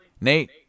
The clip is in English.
Nate